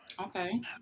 Okay